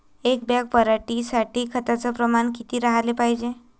एक बॅग पराटी साठी खताचं प्रमान किती राहाले पायजे?